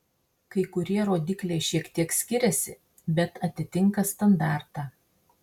kai kurie rodikliai šiek tiek skiriasi bet atitinka standartą